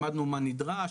למדנו מה נדרש,